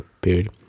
period